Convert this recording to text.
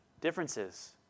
differences